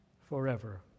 forever